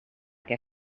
què